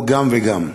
או גם וגם.